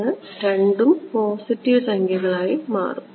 എന്നിവ രണ്ടും പോസിറ്റീവ് സംഖ്യകളായി മാറും